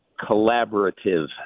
collaborative